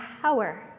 power